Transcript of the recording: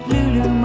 Lulu